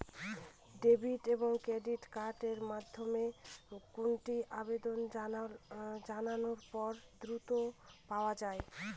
Debit এবং credit card এর মধ্যে কোনটি আবেদন জানানোর পর দ্রুততর পাওয়া য়ায়?